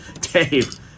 Dave